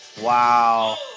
Wow